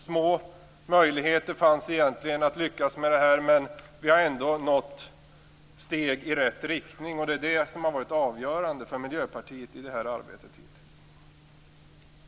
Det fanns egentligen små möjligheter att lyckas med det här, men vi har ändå tagit steg i rätt riktning, och det är det som har varit avgörande för Miljöpartiet i det här arbetet hittills.